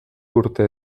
urte